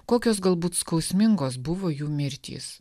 kokios galbūt skausmingos buvo jų mirtys